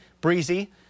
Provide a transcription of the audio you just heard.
breezy